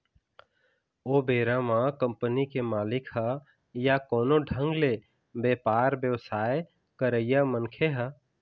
ओ बेरा म कंपनी के मालिक ह या कोनो ढंग ले बेपार बेवसाय करइया मनखे ह